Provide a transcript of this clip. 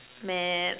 man